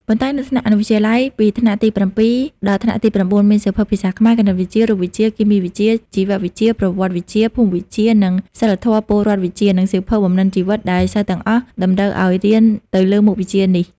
ប៉ុន្តែនៅថ្នាក់អនុវិទ្យាល័យ ពីថ្នាក់ទី៧ ដល់ថ្នាក់ទី៩ មានសៀវភៅភាសាខ្មែរ គណិតវិទ្យា រូបវិទ្យា គីមីវិទ្យា ជីវវិទ្យា ប្រវត្តិវិទ្យា ភូមិវិទ្យា និងសីលធម៌-ពលរដ្ឋវិជ្ជា និងសៀវភៅបំណិនជីវិត ដែលសិស្សទាំងអស់តម្រូវអោយរៀនទៅលើមុខវិជ្ជានេះ។